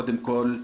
קודם כול,